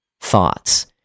thoughts